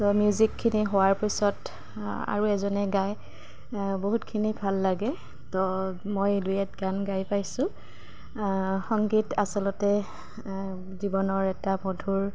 তো মিউজিকখিনি হোৱাৰ পিছত আৰু এজনে গায় বহুতখিনি ভাল লাগে তো মই ডুৱেট গান গাই পাইছোঁ সংগীত আচলতে জীৱনৰ এটা মধুৰ